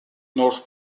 north